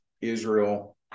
Israel